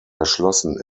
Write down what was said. erschlossen